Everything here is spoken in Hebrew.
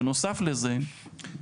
בנוסף לכך,